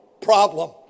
problem